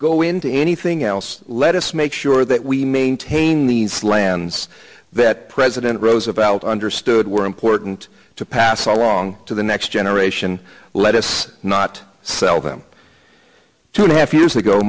go into anything else let us make sure that we maintain these lands that president roosevelt understood were important to pass along to the next generation let us not sell them to half years ago